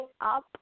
up